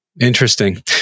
Interesting